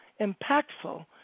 impactful